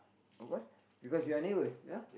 because we are neighbours ya